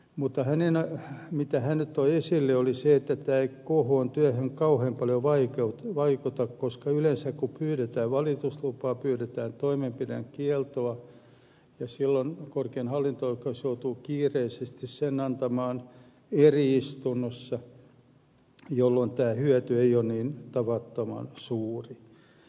mutta mitä hallberg toi esille oli se että uudistus ei khon työhön kauhean paljon vaikuta koska yleensä kun pyydetään valituslupaa pyydetään toimenpidekieltoa ja silloin korkein hallinto oikeus joutuu kiireisesti sen antamaan eri istunnossa jolloin tämä hyöty ei ole niin tavattoman suuri